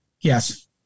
Yes